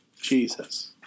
Jesus